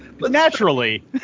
naturally